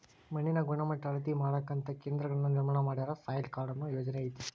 ಮಣ್ಣಿನ ಗಣಮಟ್ಟಾ ಅಳತಿ ಮಾಡಾಕಂತ ಕೇಂದ್ರಗಳನ್ನ ನಿರ್ಮಾಣ ಮಾಡ್ಯಾರ, ಸಾಯಿಲ್ ಕಾರ್ಡ ಅನ್ನು ಯೊಜನೆನು ಐತಿ